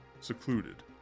secluded